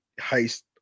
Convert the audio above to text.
heist